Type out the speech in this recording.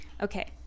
okay